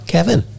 Kevin